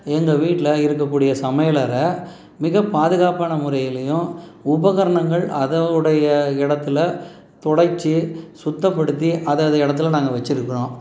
எங்கள் வீட்டில் இருக்கக்கூடிய சமையலறை மிகப் பாதுகாப்பான முறையிலேயும் உபகரணங்கள் அதனுடைய இடத்துல துடைத்து சுத்தப்படுத்தி அது அது இடத்துல நாங்கள் வச்சிருக்கிறோம்